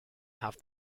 have